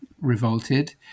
revolted